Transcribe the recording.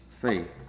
faith